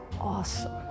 awesome